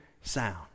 sound